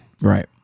Right